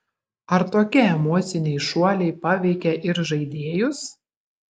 ar tokie emociniai šuoliai paveikia ir žaidėjus